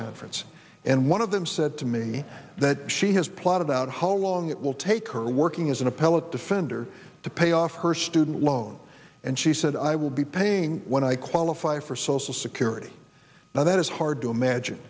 conference and one of them said to me that she has plot of the out how long it will take her working as an appellate defender to pay off her student loan and she said i will be paying when i qualify for social security now that is hard to imagine